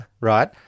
Right